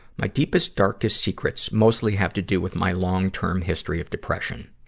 my deepest darkest secrets mostly have to do with my long-term history of depression.